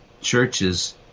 churches